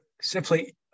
simply